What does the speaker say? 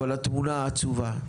אבל התמונה עצובה.